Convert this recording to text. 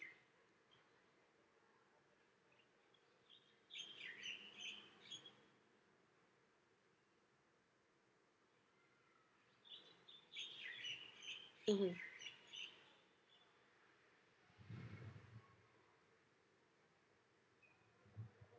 mmhmm